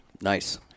Nice